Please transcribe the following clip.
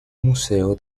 museo